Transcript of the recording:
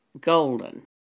golden